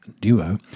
Duo